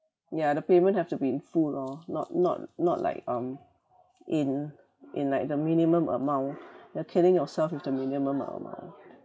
ya the payment have to be in full lor not not not like um in in like the minimum amount you're killing yourself with the minimum amount mm